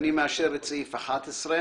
אני מאשר את סעיף 11,